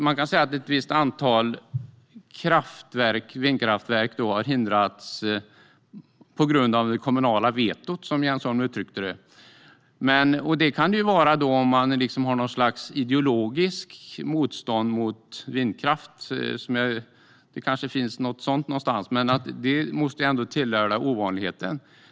Man kan säga att ett visst antal vindkraftverk har hindrats på grund av det kommunala vetot, som Jens Holm uttryckte det. Kanske finns det något slags ideologiskt motstånd mot vindkraft, men det måste ju ändå tillhöra ovanligheterna.